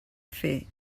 fer